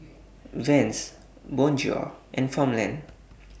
Vans Bonjour and Farmland